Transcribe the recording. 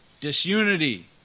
disunity